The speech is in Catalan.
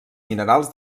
minerals